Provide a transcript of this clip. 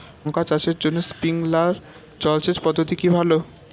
লঙ্কা চাষের জন্য স্প্রিংলার জল সেচ পদ্ধতি কি ভালো?